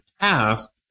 tasks